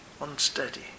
unsteady